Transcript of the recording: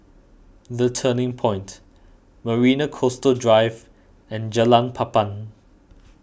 the Turning Point Marina Coastal Drive and Jalan Papan